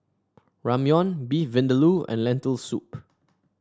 Ramyeon Beef Vindaloo and Lentil Soup